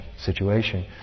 situation